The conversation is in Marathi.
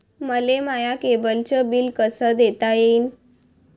मले माया केबलचं बिल कस देता येईन?